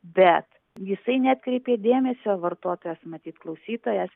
bet jisai neatkreipė dėmesio vartotojas matyt klausytojas